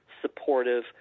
supportive